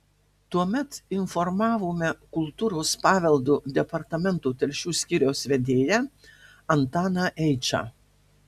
tuomet informavome kultūros paveldo departamento telšių skyriaus vedėją antaną eičą